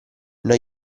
non